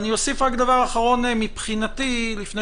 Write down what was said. אני אוסיף רק דבר אחרון מבחינתי לפני